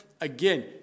again